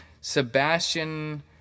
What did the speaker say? Sebastian